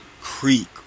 creek